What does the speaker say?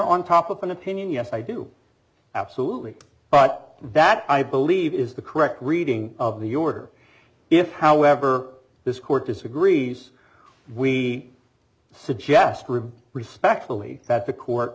on top of an opinion yes i do absolutely but that i believe is the correct reading of the order if however this court disagrees we suggest respectfully that the court